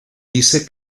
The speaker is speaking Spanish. dice